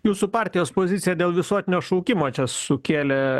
jūsų partijos pozicija dėl visuotinio šaukimo čia sukėlė